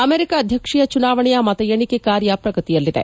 America ಅಧ್ಯಕ್ಷೀಯ ಚುನಾವಣೆಯ ಮತ ಎಣಿಕೆ ಕಾರ್ಯ ಪ್ರಗತಿಯಲ್ಲಿದೆ